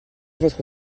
votre